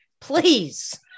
Please